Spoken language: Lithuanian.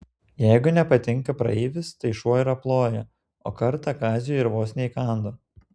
jeigu nepatinka praeivis tai šuo ir aploja o kartą kaziui ir vos neįkando